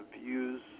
views